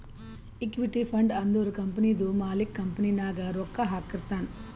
equity fund ಅಂದುರ್ ಕಂಪನಿದು ಮಾಲಿಕ್ಕ್ ಕಂಪನಿ ನಾಗ್ ರೊಕ್ಕಾ ಹಾಕಿರ್ತಾನ್